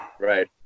Right